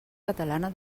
catalana